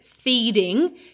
Feeding